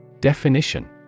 Definition